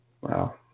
Wow